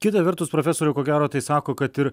kita vertus profesoriau ko gero tai sako kad ir